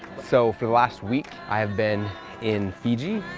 so, for the last week, i have been in fiji,